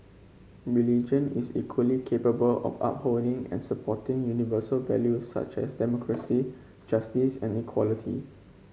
religion is equally capable of upholding and supporting universal values such as democracy justice and equality